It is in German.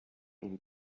ihm